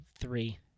three